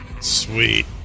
Sweet